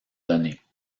données